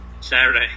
Saturday